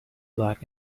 black